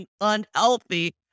unhealthy